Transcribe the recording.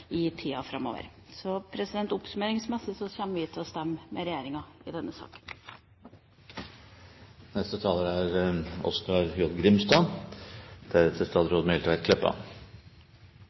i tida framover. Oppsummeringsmessig: Vi kommer til å stemme med regjeringa i denne saken. Allemannsretten, med rett til ferdsel, opphald, bading og hausting, er